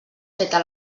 feta